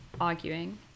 arguing